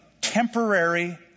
temporary